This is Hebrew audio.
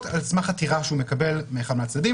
על סמך עתירה שהוא מקבל מאחד מהצדדים,